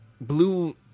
blue